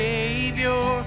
Savior